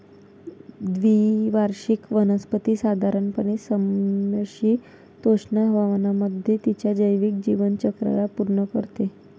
द्विवार्षिक वनस्पती साधारणपणे समशीतोष्ण हवामानामध्ये तिच्या जैविक जीवनचक्राला पूर्ण करते